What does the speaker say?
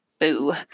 Boo